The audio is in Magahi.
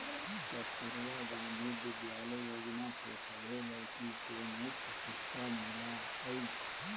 कस्तूरबा गांधी विद्यालय योजना से सभे लड़की के मुफ्त शिक्षा मिला हई